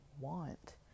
want